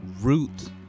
root